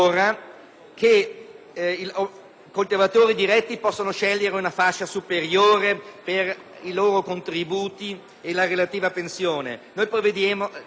coltivatori diretti possano scegliere una fascia superiore per i loro contributi e la relativa pensione. Con l'emendamento